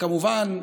כמובן,